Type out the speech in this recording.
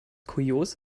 kurios